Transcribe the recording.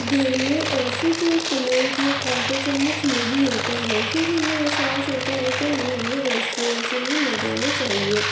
گھر میں ایسے کوئی پلیٹ یا کانٹا چمچ نہیں ہوتا ہے پھر ہمیں احساس ہوتا ہے کہ یہ ہمیں ریسٹورینٹ سے ہی منگانا چاہیے